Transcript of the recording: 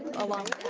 along